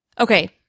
Okay